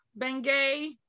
Bengay